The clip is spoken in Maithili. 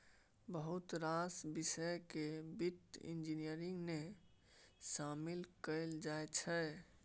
बहुत रास बिषय केँ बित्त इंजीनियरिंग मे शामिल कएल जाइ छै